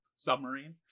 Submarine